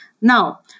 Now